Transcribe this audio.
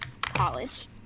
college